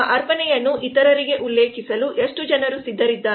ನಮ್ಮ ಅರ್ಪಣೆಯನ್ನು ಇತರರಿಗೆ ಉಲ್ಲೇಖಿಸಲು ಎಷ್ಟು ಜನರು ಸಿದ್ಧರಿದ್ದಾರೆ